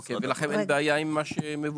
אוקיי, ולכם אין בעיה עם מה שמבוקש?